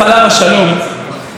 עליו השלום,